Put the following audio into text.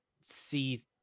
see